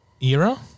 era